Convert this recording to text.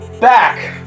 back